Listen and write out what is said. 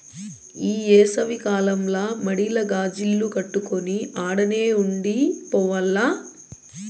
ఈ ఏసవి కాలంల మడిల గాజిల్లు కట్టుకొని ఆడనే ఉండి పోవాల్ల